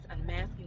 unmasking